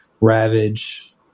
ravage